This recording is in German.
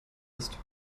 ist